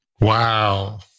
Wow